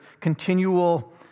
continual